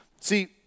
See